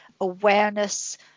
awareness